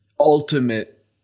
ultimate